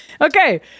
Okay